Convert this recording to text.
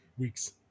weeks